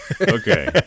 Okay